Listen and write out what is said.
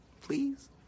please